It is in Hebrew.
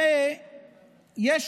ג'ובים למרב מיכאלי.